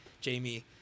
Jamie